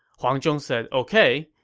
huang huang said ok,